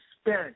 spent